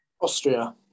Austria